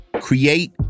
Create